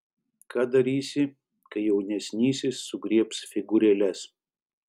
ką darysi kai jaunesnysis sugriebs figūrėles